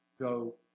go